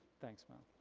thanks man.